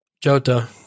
Jota